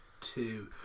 two